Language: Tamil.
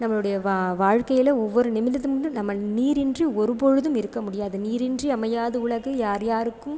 நம்மளுடைய வாழ் வாழ்க்கையில் ஒவ்வொரு நிமிடத்திலும் நம்ம நீரின்றி ஒரு பொழுதும் இருக்க முடியாது நீரின்றி அமையாது உலகு யார் யாருக்கும்